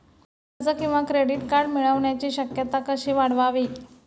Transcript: कर्ज किंवा credit card मिळण्याची शक्यता कशी वाढवावी?